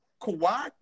Kawhi